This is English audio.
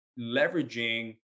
leveraging